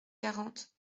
quarante